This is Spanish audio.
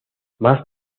más